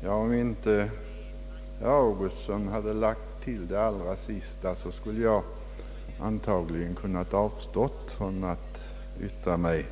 Herr talman! Om inte herr Augustsson hade lagt till det allra sist, skulle jag antagligen kunnat avstå från att yttra mig